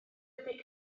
ydy